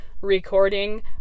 recording